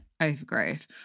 overgrowth